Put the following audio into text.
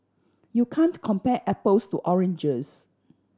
you can't compare apples to oranges